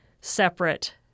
separate